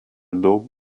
daug